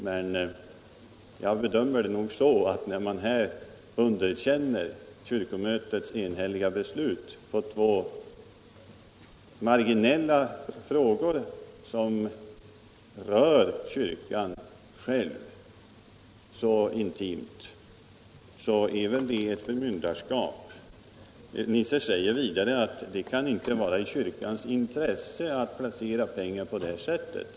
Men jag bedömer det nog så att när man underkänner kyrkomötets enhälliga beslut i två marginella frågor som rör kyrkan själv så intimt, då är det uttryck för ett förmynderskap. Herr Nisser säger vidare att det inte kan vara i kyrkans intresse att placera pengar på detta sätt.